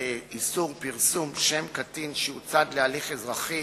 מבקשת לאסור פרסום שם קטין שהוא צד להליך אזרחי